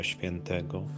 Świętego